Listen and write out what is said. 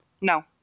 No